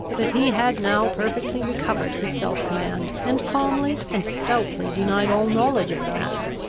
but he had now perfectly recovered his self-command, and calmly and stoutly denied all knowledge of the matter.